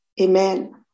amen